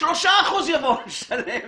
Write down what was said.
3% יבואו לשלם,